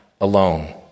alone